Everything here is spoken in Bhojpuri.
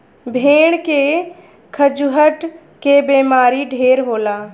भेड़ के खजुहट के बेमारी ढेर होला